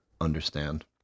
understand